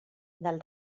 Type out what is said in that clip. del